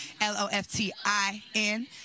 L-O-F-T-I-N